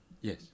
Yes